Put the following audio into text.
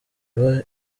iba